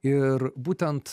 ir būtent